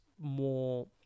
more